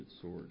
sword